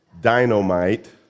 dynamite